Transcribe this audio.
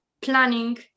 planning